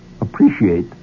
appreciate